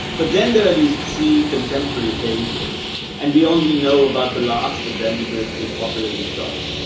but then there are these three contemporary phases and we only know about the last of them because it's been popularly taught.